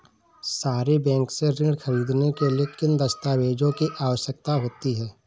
सहरी बैंक से ऋण ख़रीदने के लिए किन दस्तावेजों की आवश्यकता होती है?